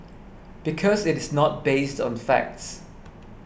because it is not based on facts